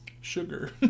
Sugar